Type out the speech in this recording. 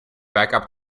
backup